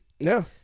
No